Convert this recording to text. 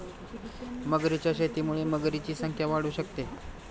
मगरींच्या शेतीमुळे मगरींची संख्या वाढू शकते